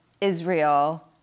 Israel